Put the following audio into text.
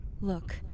Look